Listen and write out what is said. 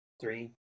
Three